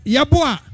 Yabua